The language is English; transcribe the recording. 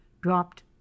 dropped